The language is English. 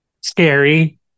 scary